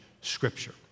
Scripture